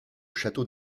château